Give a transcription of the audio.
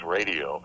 Radio